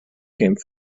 came